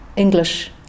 English